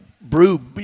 Brew